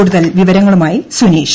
കൂടുതൽ വിവരങ്ങളുമായി സുനീഷ്